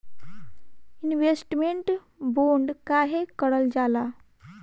Investment bond काहे कारल जाला?